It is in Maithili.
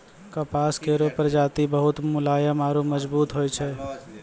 कपास केरो प्रजाति बहुत मुलायम आरु मजबूत होय छै